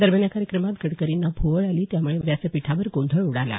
दरम्यान या कार्यक्रमात गडकरींना भोवळ आली त्यामुळे व्यासपीठावर गोंधळ उडाला